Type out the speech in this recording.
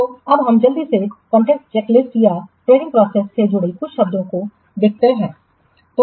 तो हम जल्दी से कुछ कॉन्ट्रैक्ट चेकलिस्ट या टेंडरिंगप्रोसेस से जुड़े कुछ शब्दों को देखने दें